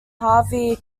harvey